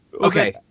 Okay